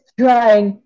trying